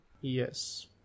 Yes